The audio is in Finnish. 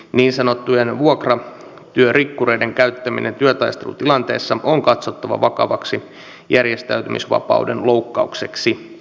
niin sanottujen vuokratyörikkureiden käyttäminen työtaistelutilanteissa on katsottava vakavaksi järjestäytymisvapauden loukkaukseksi